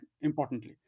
Importantly